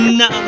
no